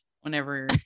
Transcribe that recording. whenever